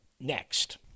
next